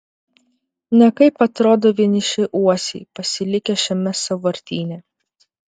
nekaip atrodo vieniši uosiai pasilikę šiame sąvartyne